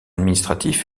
administratif